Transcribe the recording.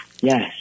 Yes